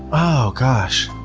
oh gosh.